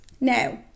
now